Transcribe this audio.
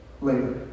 later